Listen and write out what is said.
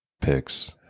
picks